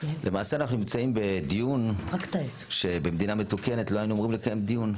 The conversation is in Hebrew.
למעשה אנחנו נמצאים בדיון שבמדינה מתוקנת לא היינו אמורים לקיים דיון.